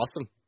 Awesome